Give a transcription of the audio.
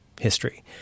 history